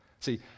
See